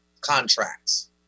contracts